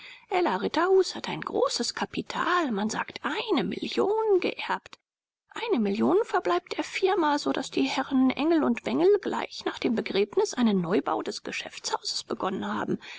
ella ritterhus hat ein großes kapital man sagt eine million geerbt eine million verbleibt der firma so daß die herren engel und bengel gleich nach dem begräbnis einen neubau des geschäftshauses begonnen haben